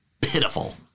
pitiful